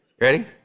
Ready